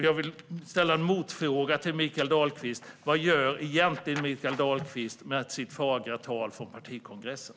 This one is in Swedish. Jag vill ställa en motfråga till Mikael Dahlqvist: Vad gör egentligen Mikael Dahlqvist med sitt fagra tal från partikongressen?